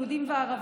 יהודים לערבים,